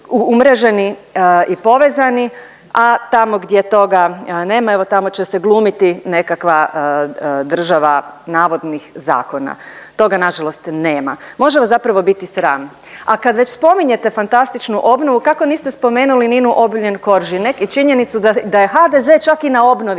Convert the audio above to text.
i povezani, a tamo gdje toga nema, evo tamo će se glumiti nekakva država navodnih zakona. Toga nažalost nema. Može vas zapravo biti sram. A kad već spominjete fantastičnu obnovu, kako niste spomenuli Ninu Obuljen Koržinek i činjenicu da je HDZ čak i na obnovi